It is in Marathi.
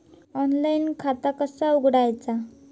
ऑनलाइन खाता कसा उघडायचा?